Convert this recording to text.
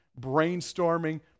brainstorming